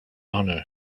honor